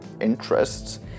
interests